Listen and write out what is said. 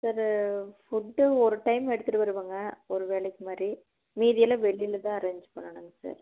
sir food ஒரு time எடுத்துகிட்டு வருவாங்க ஒரு வேளைக்கு மாதிரி மீதியெல்லாம் வெளியில தான் அரேஞ்ச் பண்ணனுங்கள் சார்